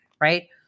right